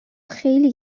خیلی